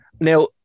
now